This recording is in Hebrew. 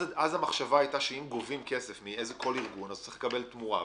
אז המחשבה הייתה שאם גובים כסף מכל ארגון אז הוא צריך לקבל תמורה.